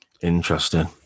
Interesting